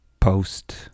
post